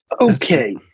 Okay